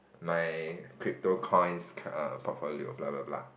my crypto coins cur~ err portfolio blah blah blah